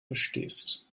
verstehst